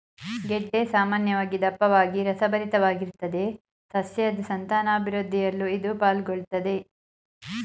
ಗೆಡ್ಡೆ ಸಾಮಾನ್ಯವಾಗಿ ದಪ್ಪವಾಗಿ ರಸಭರಿತವಾಗಿರ್ತದೆ ಸಸ್ಯದ್ ಸಂತಾನಾಭಿವೃದ್ಧಿಯಲ್ಲೂ ಇದು ಪಾಲುಗೊಳ್ಳುತ್ದೆ